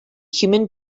human